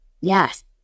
Yes